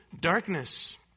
darkness